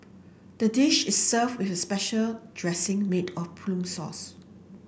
the dish is served with a special dressing made of plum sauce